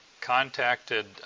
contacted